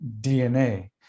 DNA